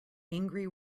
angry